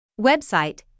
Website